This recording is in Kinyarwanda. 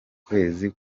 kwezi